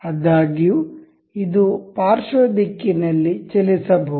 ಆದಾಗ್ಯೂ ಇದು ಪಾರ್ಶ್ವ ದಿಕ್ಕಿನಲ್ಲಿ ಚಲಿಸಬಹುದು